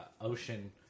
ocean